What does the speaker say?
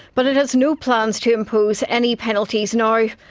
but it has no plans to impose any penalties now.